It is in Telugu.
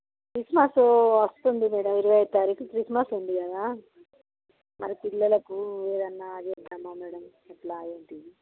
క్రిస్మస్ వస్తుంది మేడం ఇరవై తారీకు క్రిస్మస్ ఉంది కదా మన పిల్లలకు ఏదైనా చేద్దామా మేడం ఎలా ఏంటి